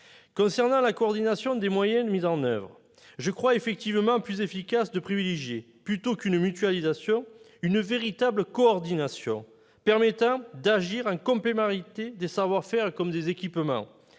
viens à la coordination des moyens mis en oeuvre. Je crois effectivement efficace de privilégier non une mutualisation, mais une véritable coordination, permettant d'agir en complémentarité des savoir-faire comme des équipements.